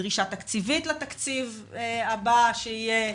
דרישה תקציבית לתקציב הבא שיהיה,